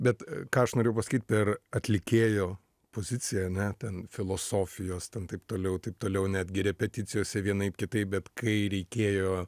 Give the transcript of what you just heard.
bet ką aš norėjau pasakyt ir atlikėjo pozicija ane ten filosofijos ten taip toliau taip toliau netgi repeticijose vienaip kitaip bet kai reikėjo